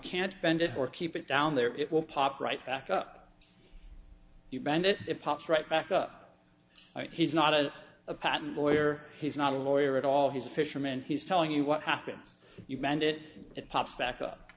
can't bend it or keep it down there it will pop right back up you bend it it pops right back up he's not a patent lawyer he's not a lawyer at all he's a fisherman he's telling you what happens you bend it it pops back up